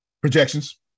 Projections